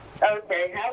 Okay